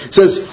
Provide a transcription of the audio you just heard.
says